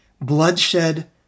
bloodshed